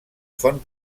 font